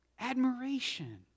admiration